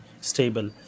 stable